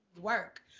work